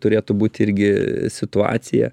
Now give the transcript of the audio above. turėtų būti irgi situacija